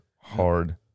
hard